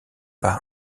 par